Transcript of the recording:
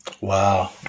wow